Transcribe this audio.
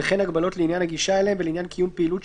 וכן הגבלות לעניין הגישה אליהם ולעניין קיום פעילות,